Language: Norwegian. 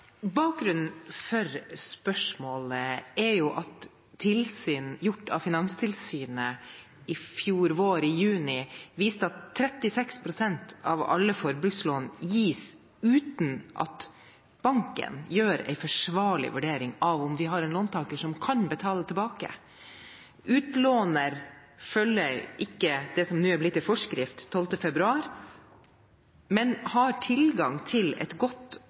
Bakgrunnen for spørsmålet er at tilsyn gjort av Finanstilsynet i fjor vår, i juni, viste at 36 pst. av alle forbrukslån gis uten at banken gjør en forsvarlig vurdering av om de har en låntaker som kan betale tilbake. Utlåner følger ikke det som nå er blitt til forskrift 12. februar, men har tilgang til et godt